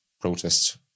protests